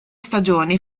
stagioni